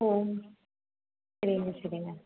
ம் சரிங்க சரிங்க